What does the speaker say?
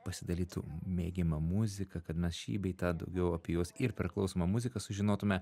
pasidalytų mėgiama muzika kad mes šį bei tą daugiau apie juos ir per klausomą muziką sužinotume